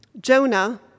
Jonah